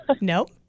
Nope